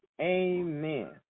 Amen